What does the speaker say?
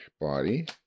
body